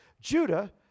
Judah